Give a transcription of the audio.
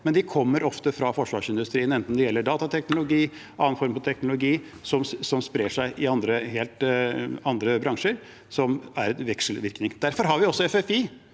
Dette kommer ofte fra forsvarsindustrien, enten det gjelder datateknologi eller annen teknologi, og sprer seg til helt andre bransjer, og vi får en vekselvirkning. Derfor har vi også FFI,